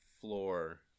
floor